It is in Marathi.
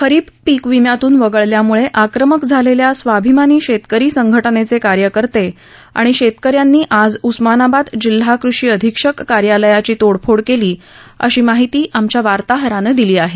खरीप पिकविम्यातून वगळल्यामुळे आक्रमक झालेल्या स्वाभिमानी शेतकरी संघटनेचे कार्यकर्ते आणि शेतकऱ्यांनी आज उस्मानाबाद जिल्हा कृषी अधिक्षक कार्यालयाची तोडफोड केली अशी माहिती आमच्या वार्ताहरानं दिली आहे